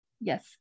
Yes